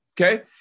okay